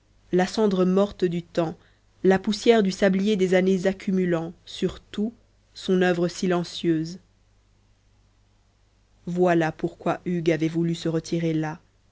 la cendre morte du temps la poussière du sablier des années accumulant sur tout son oeuvre silencieuse voilà pourquoi hugues avait voulu se retirer là